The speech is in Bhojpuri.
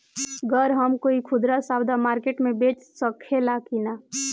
गर हम कोई खुदरा सवदा मारकेट मे बेच सखेला कि न?